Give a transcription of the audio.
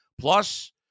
Plus